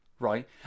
right